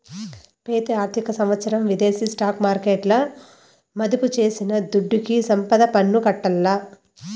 పెతి ఆర్థిక సంవత్సరం విదేశీ స్టాక్ మార్కెట్ల మదుపు చేసిన దుడ్డుకి సంపద పన్ను కట్టాల్ల